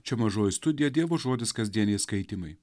čia mažoji studija dievo žodis kasdieniai skaitymai